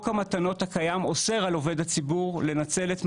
רגע, יש לך